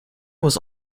was